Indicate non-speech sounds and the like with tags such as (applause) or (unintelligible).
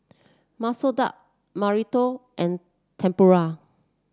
Masoor Dal (unintelligible) and Tempura